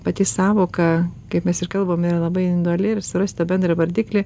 pati sąvoka kaip mes ir kalbame yra labai individuali ir surast tą bendrą vardiklį